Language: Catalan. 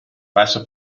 passa